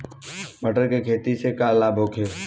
मटर के खेती से लाभ होखे?